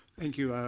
thank you.